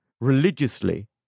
religiously